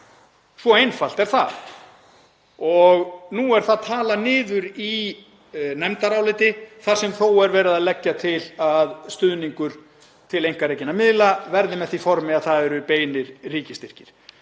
Svo einfalt er það. Og nú er það talað niður í nefndaráliti þar sem þó er verið að leggja til að stuðningur til einkarekinna miðla verði í því formi að það séu beinir ríkisstyrkir.